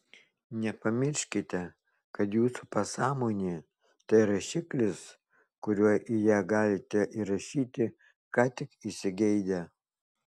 nepamirškite kad jūsų pasąmonė tai rašiklis kuriuo į ją galite įrašyti ką tik įsigeidę